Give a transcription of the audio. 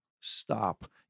stop